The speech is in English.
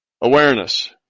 awareness